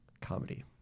comedy